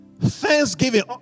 Thanksgiving